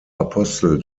apostel